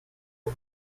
und